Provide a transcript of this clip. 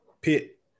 pit